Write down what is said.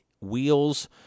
wheels